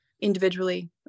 individually